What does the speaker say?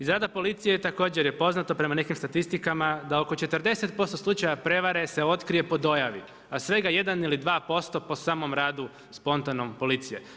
Izgleda da policiji je također poznato, prema nekim statistikama, da oko 40% slučaja prevare, se otkrije po dojavi, a svega 1 ili 2 % po samom radu, spontanom policije.